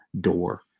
door